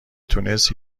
تونست